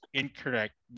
incorrect